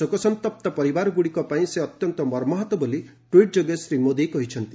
ଶୋକସନ୍ତପ୍ତ ପରିବାରଗୁଡ଼ିକ ପାଇଁ ସେ ଅତ୍ୟନ୍ତ ମର୍ମାହତ ବୋଲି ଟ୍ୱିଟ୍ ଯୋଗେ ଶ୍ରୀ ମୋଦୀ କହିଛନ୍ତି